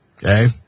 Okay